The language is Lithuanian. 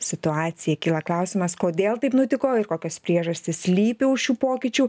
situaciją kyla klausimas kodėl taip nutiko ir kokios priežastys slypi už šių pokyčių